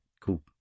Cool